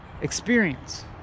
experience